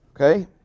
okay